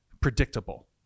predictable